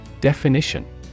Definition